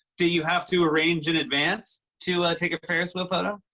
do you have to arrange in advance to take a ferris wheel photo?